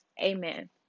Amen